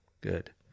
good